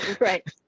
Right